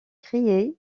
créé